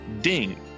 DING